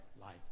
life